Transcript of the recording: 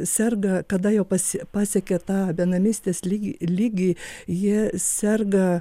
serga kada jau pasi pasiekia tą benamystės lyg lygį jie serga